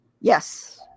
Yes